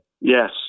Yes